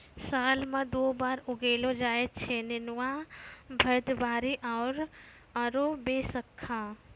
साल मॅ दु बार उगैलो जाय छै नेनुआ, भदबारी आरो बैसक्खा